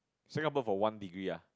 Singapore for one degree ah